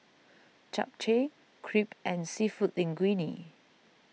Japchae Crepe and Seafood Linguine